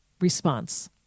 response